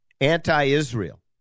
anti-Israel